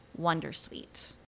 wondersuite